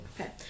okay